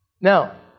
Now